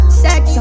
sex